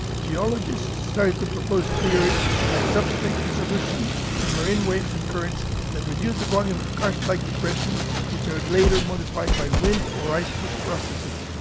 geologists started to propose theories like substrate dissolution and marine waves and currents that reduce the volume of karst-like depressions which are later modified by wind or ice-push processes.